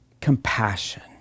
compassion